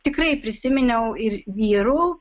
tikrai prisiminiau ir vyrų